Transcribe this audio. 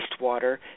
wastewater